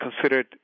considered